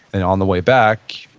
and on the way back,